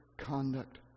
conduct